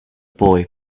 boy